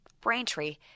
Braintree